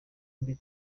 mbi